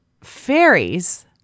fairies